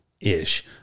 ish